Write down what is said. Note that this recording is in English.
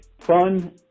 fun